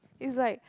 it's like